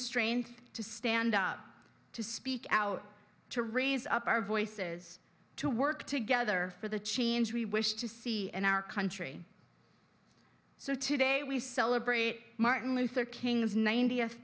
strength to stand up to speak out to raise up our voices to work together for the change we wish to see in our country so today we celebrate martin luther king's ninetieth